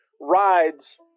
rides